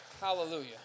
Hallelujah